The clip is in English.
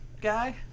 guy